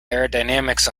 aerodynamics